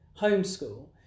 homeschool